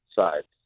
sides